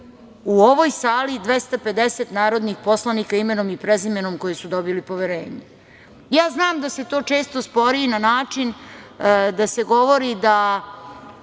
u ovoj sali 250 narodnih poslanika imenom i prezimenom koji su dobili poverenje. Ja znam da se to često spori i na način da se govori da